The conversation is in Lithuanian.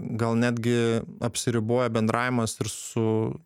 gal netgi apsiriboja bendravimas ir su